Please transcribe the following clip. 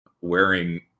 wearing